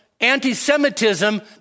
anti-Semitism